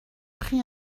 prit